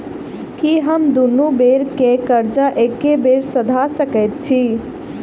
की हम दुनू बेर केँ कर्जा एके बेर सधा सकैत छी?